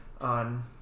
on